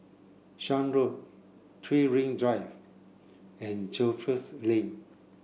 Shan Road Three Ring Drive and Jervois Lane